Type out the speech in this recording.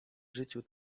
życiu